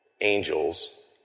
angels